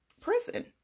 prison